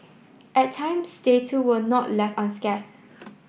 at times they too were not left unscathed